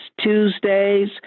Tuesdays